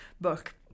book